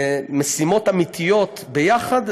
משימות אמיתיות יחד,